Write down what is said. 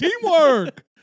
Teamwork